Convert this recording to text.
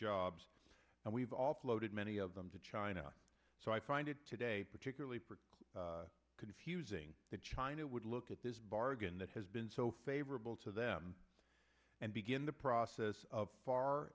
jobs and we've offloaded many of them to china so i find it today particularly confusing that china would look at this bargain that has been so favorable to them and begin the process of far